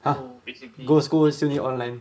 !huh! go school still need online